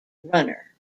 runner